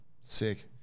Sick